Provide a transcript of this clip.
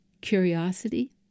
curiosity